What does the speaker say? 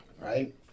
right